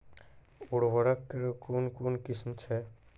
उर्वरक कऽ कून कून किस्म छै?